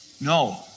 No